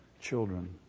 children